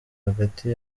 hagati